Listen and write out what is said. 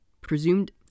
Presumed